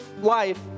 life